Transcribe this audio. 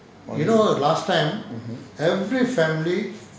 mmhmm